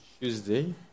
Tuesday